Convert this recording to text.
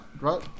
right